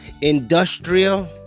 Industrial